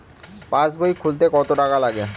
পাশবই খুলতে কতো টাকা লাগে?